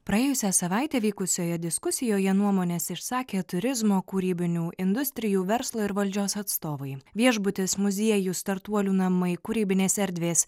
praėjusią savaitę vykusioje diskusijoje nuomones išsakė turizmo kūrybinių industrijų verslo ir valdžios atstovai viešbutis muziejus startuolių namai kūrybinės erdvės